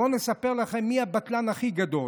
בואו נספר לכם מי הבטלן הכי גדול.